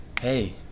Hey